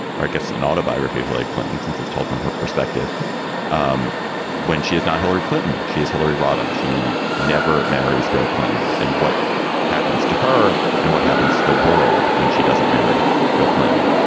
ah guess an autobiography of hillary clinton, since it's told from her perspective um when she is not hillary clinton. she is hillary rodham. she never marries bill clinton. and what happens to her and what happens to the world when she doesn't marry bill clinton?